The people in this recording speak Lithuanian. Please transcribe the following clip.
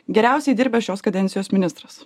geriausiai dirbęs šios kadencijos ministras